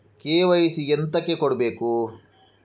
KYC ಎಂತಕೆ ಕೊಡ್ಬೇಕು?